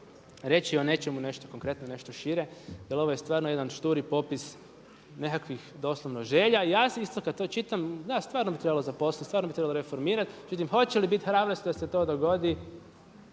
reći o nečemu nešto konkretno, nešto šire jer ovo je stvarno jedan šturi popis nekakvih doslovno želja. Ja se isto kad to čitam, da stvarno bi trebalo zaposliti, stvarno bi trebalo reformirati. Međutim, hoće li biti hrabrosti da se to dogodi